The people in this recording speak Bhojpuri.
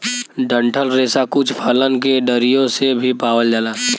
डंठल रेसा कुछ फलन के डरियो से भी पावल जाला